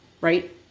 Right